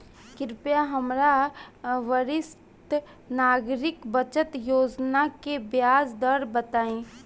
कृपया हमरा वरिष्ठ नागरिक बचत योजना के ब्याज दर बताइं